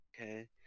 okay